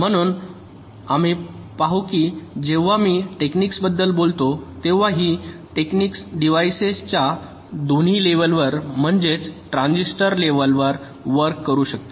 म्हणून आम्ही पाहू की जेव्हा मी टेक्निकविषयी बोलतो तेव्हा ही टेक्निक डिव्हाईसेसच्या दोन्ही लेवलवर म्हणजेच ट्रान्झिस्टर लेवल वर वर्क करू शकते